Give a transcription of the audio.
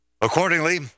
Accordingly